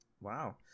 Wow